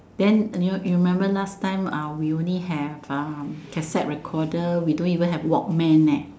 then you know you remember last time uh we only have uh cassette recorder we don't even have walkman leh